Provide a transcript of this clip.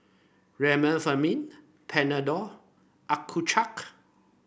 Remifemin Panadol Accucheck